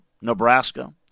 Nebraska